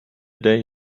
day